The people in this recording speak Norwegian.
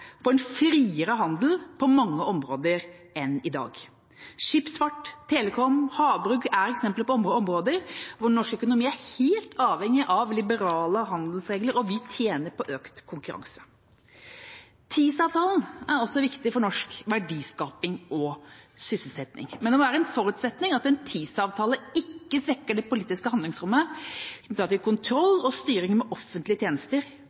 på en friere handel på mange områder enn det vi har i dag. Skipsfart, telekommunikasjon og havbruk er eksempler på områder der norsk økonomi er helt avhengig av liberale handelsregler, og vi tjener på økt konkurranse. TISA-avtalen er også viktig for norsk verdiskaping og sysselsetting, men det må være en forutsetning at en TISA-avtale ikke svekker det politiske handlingsrommet knyttet til kontroll og styring med offentlige tjenester